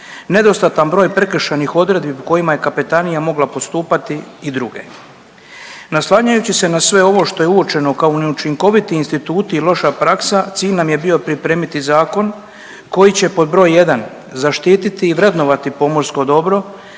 nedostatan broj prekršajnih odredbi kojima je kapetanija mogla postupati i druge. Naslanjajući se na sve ovo što je uočeno kao neučinkoviti instituti i loša praksa cilj nam je bio pripremiti zakon koji će pod broj jedan zaštiti i vrednovati pomorsko dobro